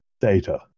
data